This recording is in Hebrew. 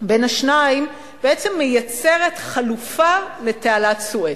בין השניים, בעצם מייצרת חלופה לתעלת סואץ.